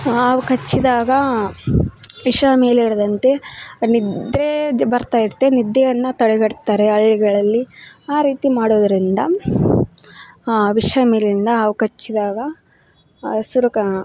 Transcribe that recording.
ಹಾವು ಕಚ್ಚಿದಾಗ ವಿಷ ಮೇಲೆರದಂತೆ ನಿದ್ರೆ ಬರ್ತಾಯಿರತ್ತೆ ನಿದ್ದೆಯನ್ನ ತಡೆಗಟ್ತಾರೆ ಹಳ್ಳಿಗಳಲ್ಲಿ ಆ ರೀತಿ ಮಾಡೋದರಿಂದ ಆ ವಿಷ ಮೇಲಿಂದ ಹಾವು ಕಚ್ಚಿದಾಗ ಹಸ್ರು ಕ